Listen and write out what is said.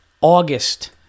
August